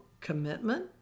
commitment